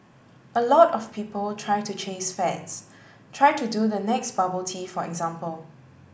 a lot of people try to chase fads try to do the next bubble tea for example